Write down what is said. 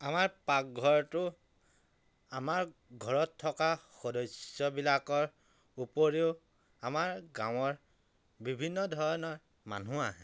আমাৰ পাকঘৰটো আমাৰ ঘৰত থকা সদস্যবিলাকৰ উপৰিও আমাৰ গাঁৱৰ বিভিন্ন ধৰণৰ মানুহ আহে